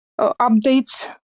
updates